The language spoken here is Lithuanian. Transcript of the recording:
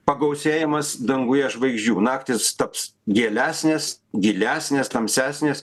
pagausėjimas danguje žvaigždžių naktys taps gėlesnės gilesnės tamsesnės